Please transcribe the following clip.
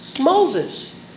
Moses